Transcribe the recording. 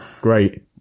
Great